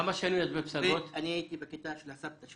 וכמה שנים אתם בפסגות, מאיזו כיתה?